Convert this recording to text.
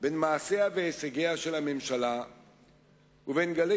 בין מעשיה והישגיה של הממשלה לבין גלי